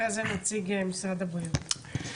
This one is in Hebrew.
אחרי זה נציג משרד הבריאות.